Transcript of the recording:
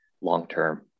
long-term